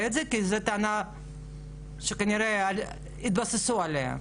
את זה כי זו טענה שכנראה התבססו עליה.